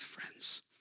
friends